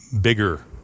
bigger